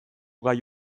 gai